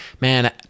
man